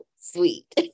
Sweet